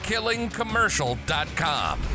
KillingCommercial.com